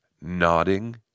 nodding